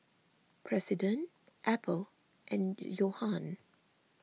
President Apple and Johan